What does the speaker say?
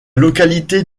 localité